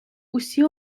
усі